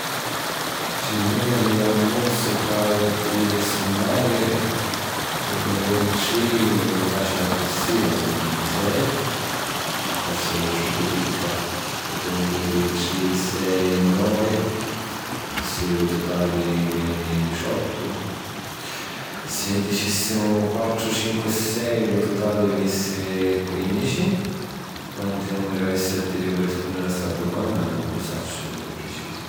Tri nùmiri a muzzu ca haju a diri e summari? Uno, dui e tri vennu fàcili accussì: la summa veni sei. Ma forsi è troppu picca. Putemu diri tri, sei e novi: accussì lu tutali veni dicidottu. Si dicìssimu quattru, cincu e sei, lu tutali vinissi quìnnici. Quanti nùmiri avissi a diri pi rispùnniri a sta dumanna, nun lu sacciu di precisu…